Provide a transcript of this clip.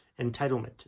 entitlement